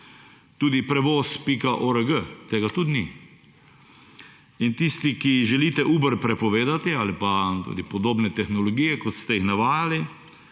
Tudi prevoz.org tega tudi ni. In tisti, ki želite Uber prepovedati ali pa podobne tehnologije kot ste jih navajali